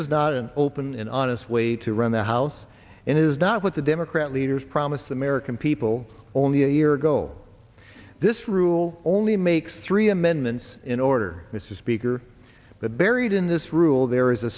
is not an open and honest way to run the house and it is not what the democrat leaders promise the american people only a year ago this rule only makes three amendments in order mr speaker but buried in this rule there is a